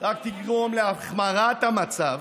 רק תגרום להחמרת המצב